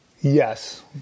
Yes